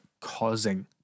causing